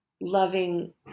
loving